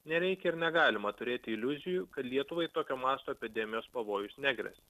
nereikia ir negalima turėti iliuzijų kad lietuvai tokio masto epidemijos pavojus negresia